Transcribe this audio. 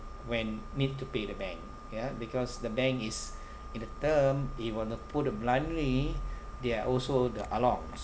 when need to pay the bank ya because the bank is in a term if want to put it bluntly they are also the ah long's